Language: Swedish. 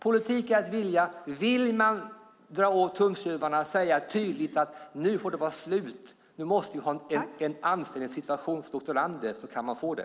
Politik är att vilja. Vill man dra åt tumskruvarna och tydligt säga att nu får det vara slut, och nu måste vi ha en anställningssituation för doktorander så kan man få det.